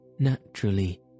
Naturally